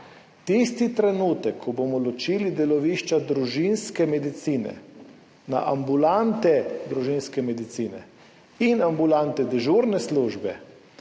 Tisti trenutek, ko bomo ločili delovišča družinske medicine na ambulante družinske medicine in ambulante dežurne službe